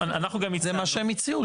זה מה שהציעו.